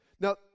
Now